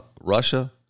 Russia